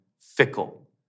fickle